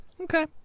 Okay